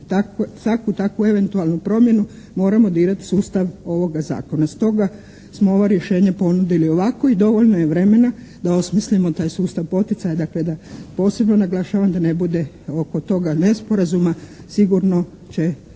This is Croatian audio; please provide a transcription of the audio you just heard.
svaku takvu eventualnu promjenu moramo dirati sustav ovoga zakona. Stoga smo ovo rješenje ponudili ovako i dovoljno je vremena da osmislimo taj sustav poticanja. Dakle, da posebno naglašavam da ne bude oko toga nesporazuma. Sigurno će